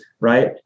right